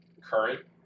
current